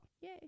Yay